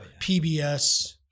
PBS